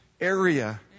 area